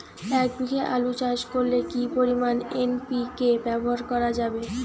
এক বিঘে আলু চাষ করলে কি পরিমাণ এন.পি.কে ব্যবহার করা যাবে?